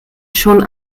schon